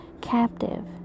captive